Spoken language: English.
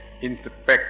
inspect